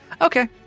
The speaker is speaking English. Okay